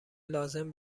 لازم